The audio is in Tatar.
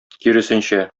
киресенчә